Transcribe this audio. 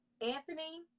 Anthony